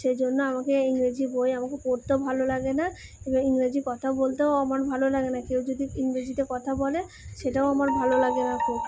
সেই জন্য আমাকে ইংরেজি বই আমাকে পড়তেও ভালো লাগে না ইংরেজি কথা বলতেও আমার ভালো লাগে না কেউ যদি ইংরেজিতে কথা বলে সেটাও আমার ভালো লাগে না কো